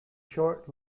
short